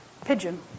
pigeon